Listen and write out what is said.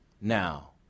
now